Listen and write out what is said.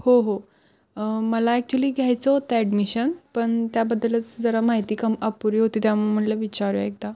हो हो मला ॲक्च्युली घ्यायचं होतं ॲडमिशन पण त्याबद्दलच जरा माहिती कम अपुरी होती त्या म्हणलं विचारू एकदा